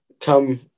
come